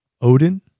Odin